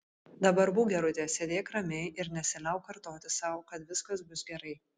dabar būk gerutė sėdėk ramiai ir nesiliauk kartoti sau kad viskas bus gerai